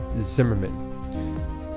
Zimmerman